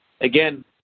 again